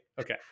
Okay